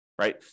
right